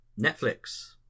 Netflix